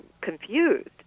confused